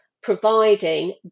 providing